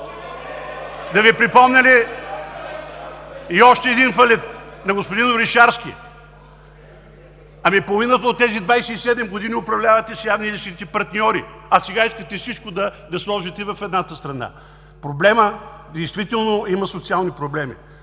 Да Ви припомня ли и още един фалит – на господин Орешарски? Ами, половината от тези 27 години управлявате явно Вие или със скрити коалиционни партньори, а сега искате всичко да сложите в едната страна. Проблемът действително има социални проблеми.